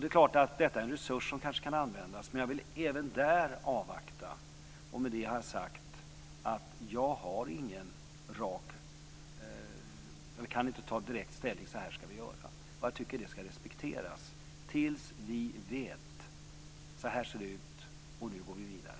Det är klart att detta är en resurs som kanske kan användas. Men jag vill även där avvakta. Med det har jag sagt att jag inte kan ta ställning direkt och säga: Så här skall vi göra. Jag tycker att det skall respekteras tills vi vet att det ser ut på ett visst sätt. Därifrån går vi vidare.